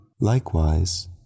Likewise